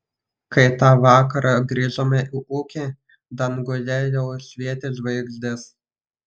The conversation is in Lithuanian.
kai tą vakarą grįžome į ūkį danguje jau švietė žvaigždės